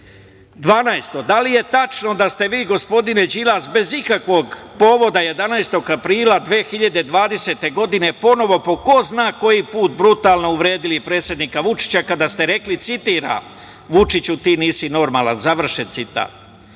da li je tačno da ste vi, gospodine Đilas, bez ikakvog povoda, 11. aprila 2020. godine ponovo, po ko zna koji put, brutalno uvredili predsednika Vučića kada ste rekli, citiram: "Vučiću, ti nisi normalan"? Da li ste